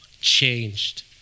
changed